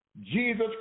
jesus